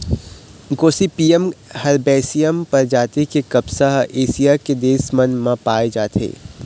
Gossypium herbaceum परजाति के कपसा ह एशिया के देश मन म पाए जाथे